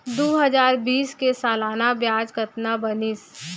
दू हजार बीस के सालाना ब्याज कतना बनिस?